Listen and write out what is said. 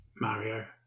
Mario